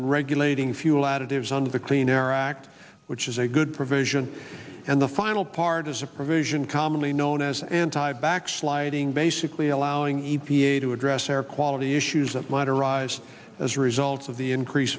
regulating fuel additives under the clean air act which is a good provision and the final part is a provision commonly known as anti backsliding basically allowing e p a to address air quality issues that might arise as a result of the increase